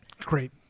Great